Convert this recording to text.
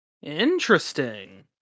Interesting